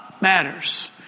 matters